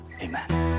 Amen